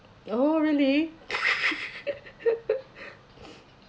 oh really